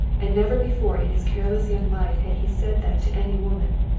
and never before in his careless young life had he said that to any woman.